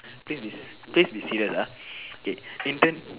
please be please be serious ah okay intern